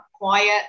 quiet